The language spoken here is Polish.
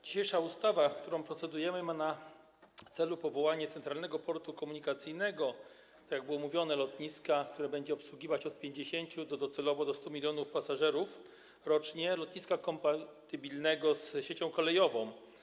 Dzisiejsza ustawa, nad którą procedujemy, ma na celu powołanie Centralnego Portu Komunikacyjnego, tak jak mówiono, lotniska, które będzie obsługiwać od 50 do docelowo 100 mln pasażerów rocznie, kompatybilnego z siecią kolejową.